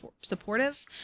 supportive